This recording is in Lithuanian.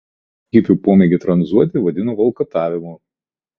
valdžia hipių pomėgį tranzuoti vadino valkatavimu